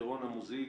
לירון אמוזיג,